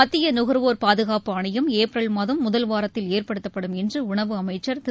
மத்திய நகர்வோர் பாதுனப்பு ஆணையம் ஏப்ரல் மாதம் முதல் வாரத்தில் ஏற்படுத்தப்படும் என்று உணவு அமைச்சர் திரு